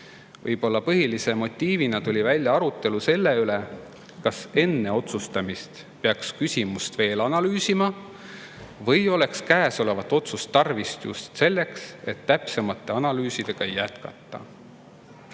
esindasid. Põhilise motiivina tuli välja arutelu selle üle, kas enne otsustamist peaks küsimust veel analüüsima või oleks käesolevat otsust tarvis just selleks, et täpsemaid analüüse jätkata.